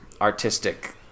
artistic